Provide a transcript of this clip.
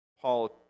Paul